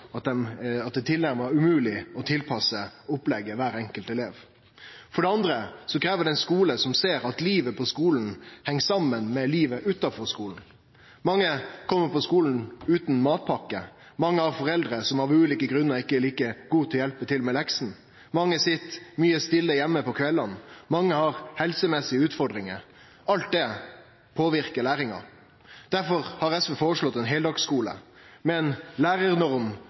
at det er nærmast umogleg å tilpasse opplegget til kvar enkelt elev. For det andre krev det ein skule som ser at livet på skulen heng saman med livet utanfor skulen. Mange kjem på skulen utan matpakke, mange har foreldre som av ulike grunnar ikkje er like gode til å hjelpe til med leksene, mange sit mykje stille heime på kveldane, og mange har helsemessige utfordringar. Alt dette påverkar læringa. Difor har SV foreslått ein heildagsskule med ei lærarnorm